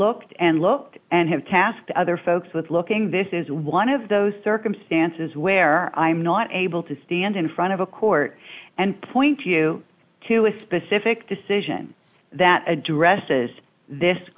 looked and looked and have tasked other folks with looking this is one of those circumstances where i'm not able to stand in front of a court and point you to a specific decision that addresses this